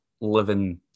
living